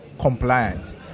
compliant